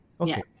Okay